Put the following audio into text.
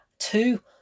Two